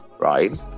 right